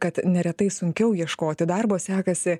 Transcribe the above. kad neretai sunkiau ieškoti darbo sekasi